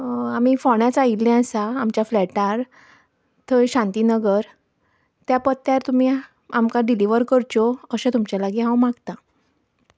आमी फोण्याच आयिल्लीं आसा आमच्या फ्लॅटार थंय शांतीनगर त्या पत्त्यार तुमी आमकां डिलीवर करच्यो अशें तुमचें लागीं हांव मागतां